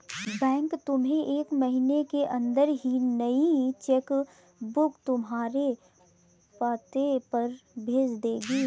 bank तुम्हें एक महीने के अंदर ही नई चेक बुक तुम्हारे पते पर भेज देगी